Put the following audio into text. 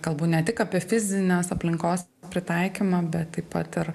kalbu ne tik apie fizinės aplinkos pritaikymą bet taip pat ir